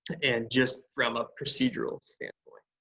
and just from a procedural standpoint.